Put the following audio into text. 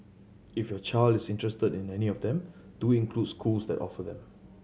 if your child is interested in any of them do include schools that offer them